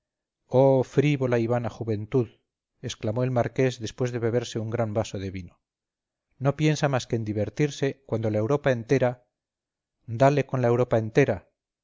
oh frívola y vana juventud exclamó el marqués después de beberse un gran vaso de vino no piensa más que en divertirse cuando la europa entera dale con la europa entera